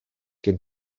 gen